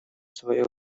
свое